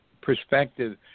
perspective